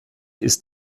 ist